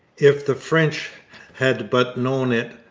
if the french had but known it,